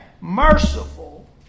merciful